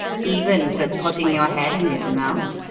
even to putting your head in his mouth?